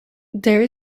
there